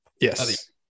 Yes